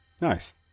Nice